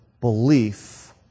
belief